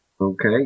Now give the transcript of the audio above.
Okay